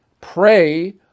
pray